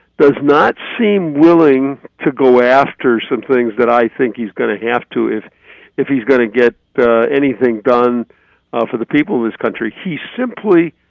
does not seem willing to go after some things that i think he's going to have to if if he's going to get anything done for the people of this country. he simply